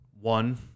One